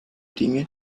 dinge